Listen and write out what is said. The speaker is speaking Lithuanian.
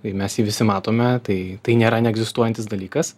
kai mes jį visi matome tai tai nėra neegzistuojantis dalykas